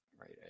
right